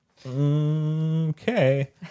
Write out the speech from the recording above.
okay